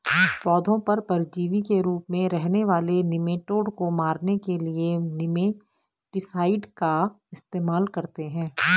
पौधों पर परजीवी के रूप में रहने वाले निमैटोड को मारने के लिए निमैटीसाइड का इस्तेमाल करते हैं